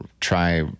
try